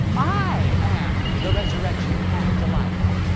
i am the resurrection and the life.